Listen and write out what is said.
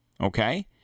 okay